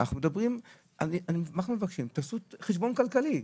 אנחנו מבקשים תעשו חשבון כלכלי.